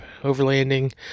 overlanding